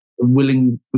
willing